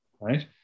right